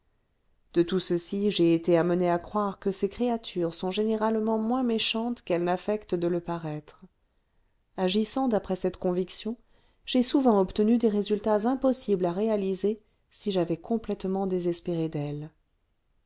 de tout ceci j'ai été amenée à croire que ces créatures sont généralement moins méchantes qu'elles n'affectent de le paraître agissant d'après cette conviction j'ai souvent obtenu des résultats impossibles à réaliser si j'avais complètement désespéré d'elles